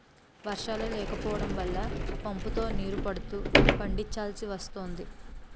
వర్షాలే లేకపోడం వల్ల పంపుతో నీరు పడుతూ పండిచాల్సి వస్తోంది